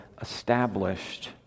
established